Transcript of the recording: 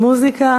במוזיקה,